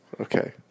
Okay